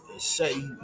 say